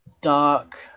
dark